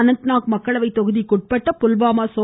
அனந்த்நாக் மக்களவை தொகுதிக்கு உட்பட்ட புல்வாமா சோ